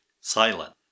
silent